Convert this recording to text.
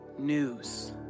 news